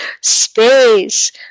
space